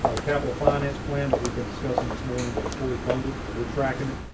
ah the capital finance plan that we've been discussing this morning was fully funded. we're tracking it.